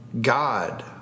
God